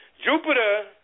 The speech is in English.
Jupiter